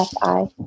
Fi